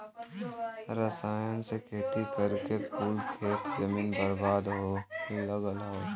रसायन से खेती करके कुल खेत जमीन बर्बाद हो लगल हौ